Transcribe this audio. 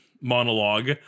monologue